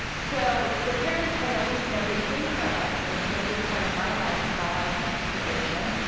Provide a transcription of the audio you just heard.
um so the aquarium has always been a big thing for us, and it's been a big part of my life in how i connect with the ocean.